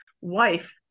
wife